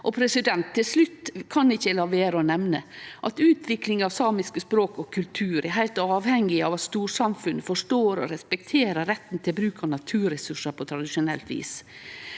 gjennomførast. Til slutt kan eg ikkje la vere å nemne at utvikling av samiske språk og samisk kultur er heilt avhengig av at storsamfunnet forstår og respekterer retten til bruk av naturresursar på tradisjonelt vis.